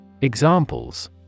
Examples